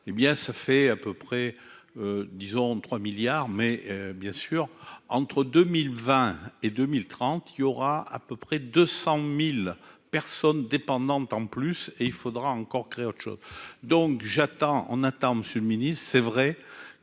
hé bien ça fait à peu près, disons 3 milliards mais bien sûr, entre 2020 et 2030, il y aura à peu près 200000 personnes dépendantes en plus et il faudra encore créer autre chose, donc j'attends, on attend Monsieur le Ministre, c'est vrai